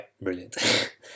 brilliant